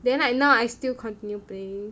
then like now I still continue playing